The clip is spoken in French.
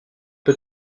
peu